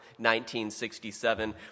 1967